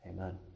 Amen